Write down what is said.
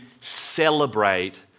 celebrate